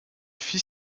fit